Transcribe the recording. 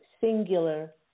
singular